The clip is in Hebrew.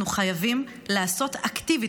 אנחנו חייבים לעשות אקטיבית,